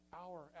hour